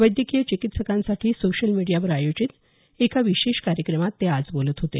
वैद्यकीय चिकीत्सकांसाठी सोशल मिडियावर आयोजित एका विशेष कार्यक्रमात ते आज बोलत होते